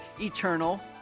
eternal